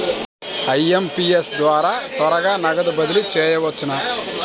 IMPS ద్వారా త్వరగా నగదు బదిలీ చేయవచ్చునా?